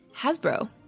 Hasbro